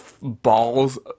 balls